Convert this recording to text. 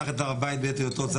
ומסתובבים איתו בסדר,